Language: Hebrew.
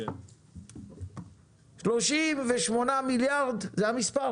38 מיליארד, זה המספר?